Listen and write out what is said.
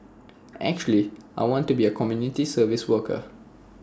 actually I want to be A community service worker